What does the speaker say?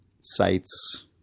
sites